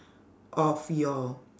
of your